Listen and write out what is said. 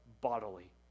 bodily